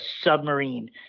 submarine